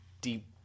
deep